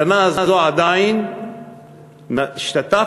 השנה הזאת עדיין השתתפנו,